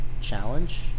challenge